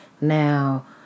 Now